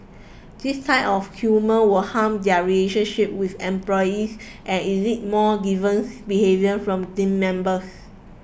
this kind of humour will harm their relationship with employees and elicit more deviant behaviour from team members